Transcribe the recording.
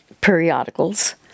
periodicals